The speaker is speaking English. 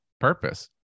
purpose